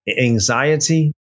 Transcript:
anxiety